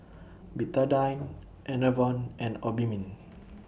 Betadine Enervon and Obimin